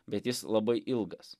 bet jis labai ilgas